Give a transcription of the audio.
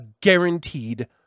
guaranteed